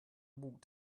walked